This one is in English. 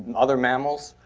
other mammals,